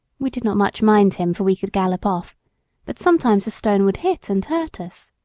we did not much mind him, for we could gallop off but sometimes a stone would hit and hurt us.